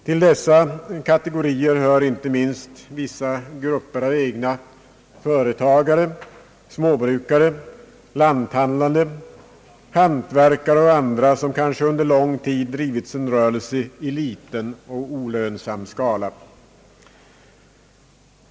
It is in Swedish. Till dessa kategorier hör inte minst vissa grupper av egna företagare, småbrukare, lanthandlare, hantverkare och andra som kanske under lång tid drivit sin rörelse i liten och olönsam skala.